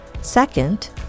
Second